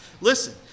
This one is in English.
Listen